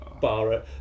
bar